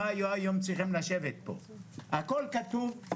לא, אני קוטעת אותך.